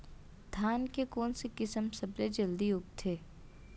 धान के कोन से किसम सबसे जलदी उगथे?